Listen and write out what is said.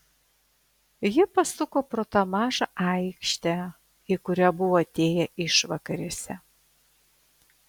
ji pasuko pro tą mažą aikštę į kurią buvo atėję išvakarėse